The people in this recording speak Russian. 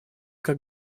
как